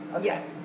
Yes